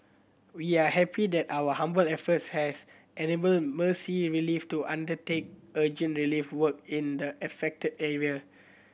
we are happy that our humble efforts has enabled Mercy Relief to undertake urgent relief work in the affected area